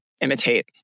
imitate